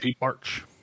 march